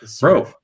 Bro